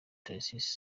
tharcisse